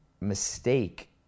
mistake